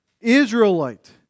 Israelite